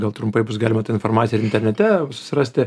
gal trumpai bus galima tą informaciją ir internete susirasti